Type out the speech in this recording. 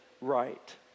right